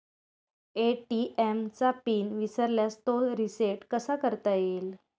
ATM चा PIN विसरल्यास तो रिसेट कसा करता येईल?